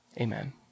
Amen